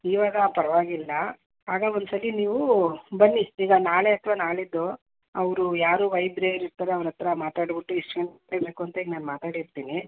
ಇವಾಗ ಪರವಾಗಿಲ್ಲ ಆಗ ಒಂದು ಸಾರಿ ನೀವೂ ಬನ್ನಿ ಈಗ ನಾಳೆ ಅಥವಾ ನಾಡಿದ್ದು ಅವರು ಯಾರು ವೈದ್ಯ್ರು ಏನು ಇರ್ತಾರೆ ಅವ್ರ ಹತ್ತಿರ ಮಾತಾಡ್ಬಿಟ್ಟಿ ಎಷ್ಟು ಗಂಟೆಗೆ ಬೇಕು ಅಂತೇಳಿ ನಾನು ಮಾತಾಡಿರ್ತೀನಿ